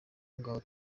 ngaho